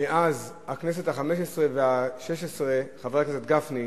מאז הכנסת החמש-עשרה והשש-עשרה, חבר הכנסת גפני,